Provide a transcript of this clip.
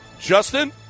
Justin